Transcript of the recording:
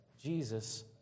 Jesus